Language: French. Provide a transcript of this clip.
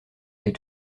est